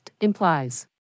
implies